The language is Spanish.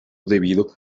debido